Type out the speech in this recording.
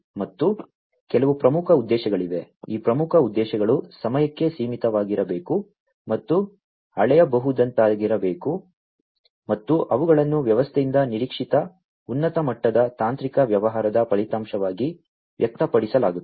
ಮತ್ತು ಕೆಲವು ಪ್ರಮುಖ ಉದ್ದೇಶಗಳಿವೆ ಈ ಪ್ರಮುಖ ಉದ್ದೇಶಗಳು ಸಮಯಕ್ಕೆ ಸೀಮಿತವಾಗಿರಬೇಕು ಮತ್ತು ಅಳೆಯಬಹುದಾದಂತಿರಬೇಕು ಮತ್ತು ಅವುಗಳನ್ನು ವ್ಯವಸ್ಥೆಯಿಂದ ನಿರೀಕ್ಷಿತ ಉನ್ನತ ಮಟ್ಟದ ತಾಂತ್ರಿಕ ವ್ಯವಹಾರದ ಫಲಿತಾಂಶವಾಗಿ ವ್ಯಕ್ತಪಡಿಸಲಾಗುತ್ತದೆ